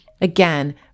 Again